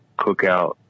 Cookout